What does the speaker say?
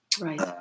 Right